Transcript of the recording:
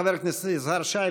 חבר הכנסת יזהר שי,